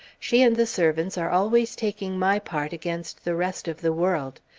she and the servants are always taking my part against the rest of the world.